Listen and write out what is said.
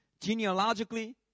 genealogically